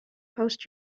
post